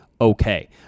okay